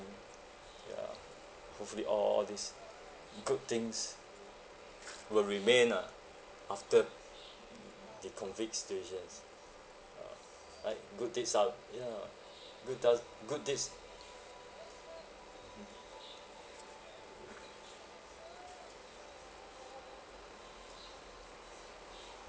ya hopefully all these good things will remain ah after the COVID situations uh right good deeds are ya good does good deeds